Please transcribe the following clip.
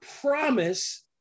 promise